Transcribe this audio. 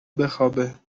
بخوابه